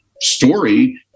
story